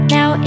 Now